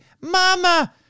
Mama